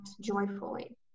joyfully